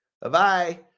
Bye-bye